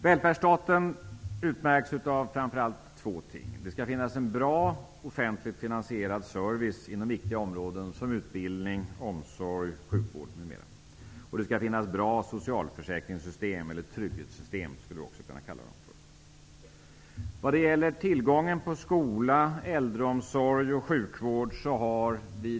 Välfärdsstaten utmärks av framför allt två ting. Det skall finnas en bra offentligt finansierad service inom viktiga områden, t.ex. utbildning, omsorg och sjukvård. Det skall finnas bra socialförsäkringssystem -- man skulle också kunna kalla dem för trygghetssystem.